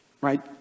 right